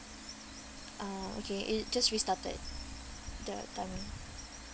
uh okay it just restarted the timing